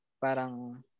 parang